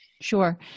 Sure